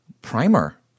primer